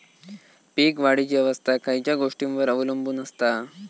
पीक वाढीची अवस्था खयच्या गोष्टींवर अवलंबून असता?